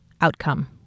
outcome